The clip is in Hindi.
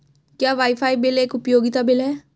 क्या वाईफाई बिल एक उपयोगिता बिल है?